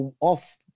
off